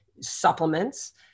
supplements